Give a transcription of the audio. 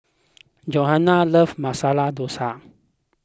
Johannah loves Masala Dosa